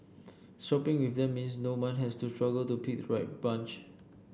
shopping with them means no one has to struggle to pick right bunch